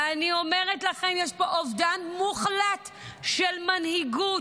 ואני אומרת לכם: יש פה אובדן מוחלט של מנהיגות.